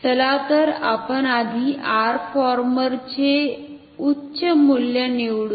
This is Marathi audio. चला तर आपण आधी R फॉर्मर चे उच्च मूल्य निवडू